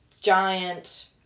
giant